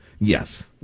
yes